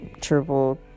triple